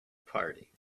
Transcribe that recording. party